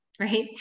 Right